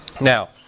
Now